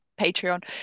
Patreon